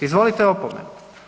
Izvolite opomenu.